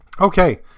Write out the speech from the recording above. Okay